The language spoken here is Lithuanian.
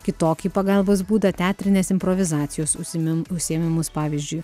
kitokį pagalbos būdą teatrinės improvizacijos užsim užsiėmimus pavyzdžiui